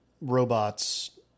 robots